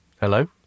Hello